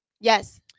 Yes